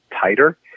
tighter